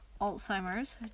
Alzheimer's